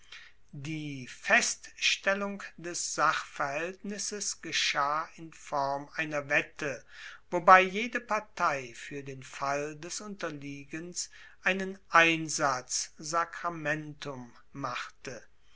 die feststellung des sachverhaeltnisses geschah in form einer wette wobei jede partei fuer den fall des unterliegens einen einsatz sacramentum machte